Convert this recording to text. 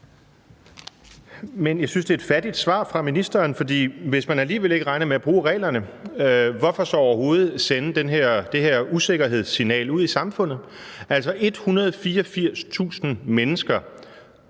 Men jeg synes, det er et fattigt svar fra ministeren, for hvis man alligevel ikke regner med at bruge reglerne, hvorfor så overhovedet sende det her usikkerhedssignal ud i samfundet? Altså, 184.000 mennesker